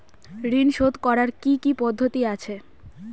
ঋন শোধ করার কি কি পদ্ধতি আছে?